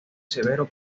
severo